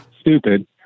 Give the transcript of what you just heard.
stupid